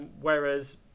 whereas